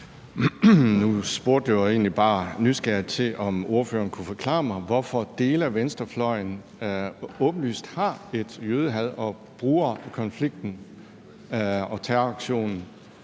Nu spurgte jeg jo egentlig bare nysgerrigt til, om ordføreren kunne forklare mig, hvorfor dele af venstrefløjen åbenlyst har et jødehad og bruger konflikten og terroraktionen